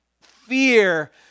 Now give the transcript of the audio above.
fear